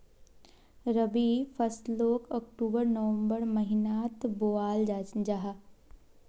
रबी फस्लोक अक्टूबर नवम्बर महिनात बोआल जाहा